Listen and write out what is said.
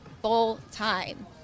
full-time